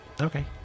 Okay